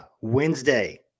Wednesday